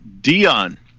Dion